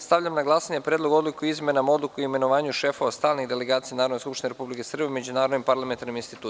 Stavljam na glasanje Predlog odluke o izmenama Odluke o imenovanju šefova stalnih delegacija Narodne skupštine Republike Srbije u međunarodnim parlamentarnim institucijama.